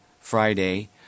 Friday